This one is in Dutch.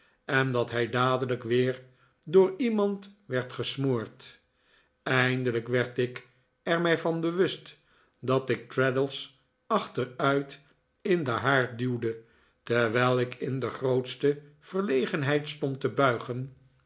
en dat hij dadelijk weer door iemand werd gesmoord eindelijk werd ik er mij van bewust dat ik traddles achteruit in den haard duwde terwijl ik in de grootste verlegenheid stond te buigen